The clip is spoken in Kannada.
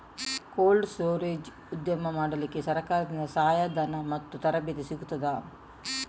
ಕೋಲ್ಡ್ ಸ್ಟೋರೇಜ್ ಉದ್ಯಮ ಮಾಡಲಿಕ್ಕೆ ಸರಕಾರದಿಂದ ಸಹಾಯ ಧನ ಮತ್ತು ತರಬೇತಿ ಸಿಗುತ್ತದಾ?